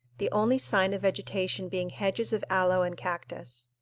the only sign of vegetation being hedges of aloe and cactus.